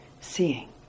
seeing